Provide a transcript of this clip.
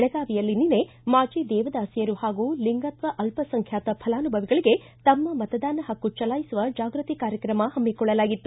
ಬೆಳಗಾವಿಯಲ್ಲಿ ನಿನ್ನ ಮಾಜಿ ದೇವದಾಸಿಯರು ಹಾಗೂ ಲಿಂಗತ್ವ ಅಲ್ಪಸಂಖ್ಯಾತ ಫಲಾನುವಿಗಳಿಗೆ ತಮ್ಮ ಮತದಾನ ಪಕ್ಕು ಚಲಾಯಿಸುವ ಜಾಗೃತಿ ಕಾರ್ಯಕ್ರಮ ಪಮ್ಮಿಕೊಳ್ಳಲಾಗಿತ್ತು